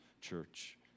church